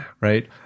Right